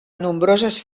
nombroses